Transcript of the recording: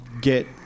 get